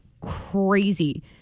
crazy